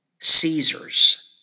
Caesar's